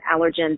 allergens